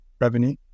revenue